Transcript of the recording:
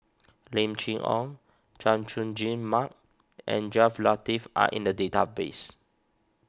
Lim Chee Onn Chay Jung Jun Mark and Jaafar Latiff are in the database